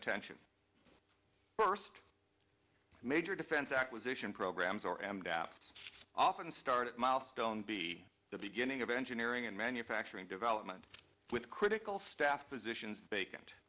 attention first major defense acquisition programs or am doubt often started milestone be the beginning of engineering and manufacturing development with critical staff positions vacant